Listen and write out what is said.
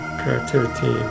creativity